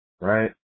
right